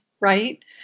right